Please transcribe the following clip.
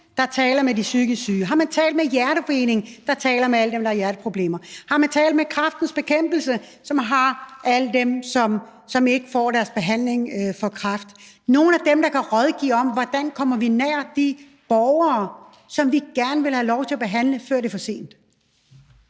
der taler med de psykisk syge? Har man talt med Hjerteforeningen, der taler med alle dem, der har hjerteproblemer? Har man talt med Kræftens Bekæmpelse, som har dem, der ikke får deres behandling for kræft? Har man talt med nogle af dem, der kan rådgive om, hvordan vi kommer nær de borgere, som vi gerne vil have lov til at behandle, før det er for sent?